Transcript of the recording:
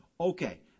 Okay